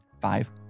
five